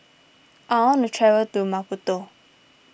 I want to travel to Maputo